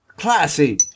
Classy